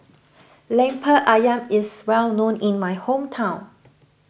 Lemper Ayam is well known in my hometown